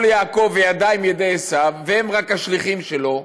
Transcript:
יעקב והידים ידי עשו" והם רק השליחים שלו,